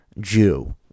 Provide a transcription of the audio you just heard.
Jew